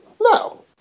No